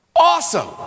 Awesome